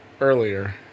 earlier